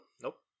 Nope